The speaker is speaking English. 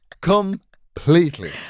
Completely